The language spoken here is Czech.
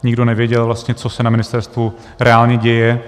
Nikdo nevěděl vlastně, co se na ministerstvu reálně děje.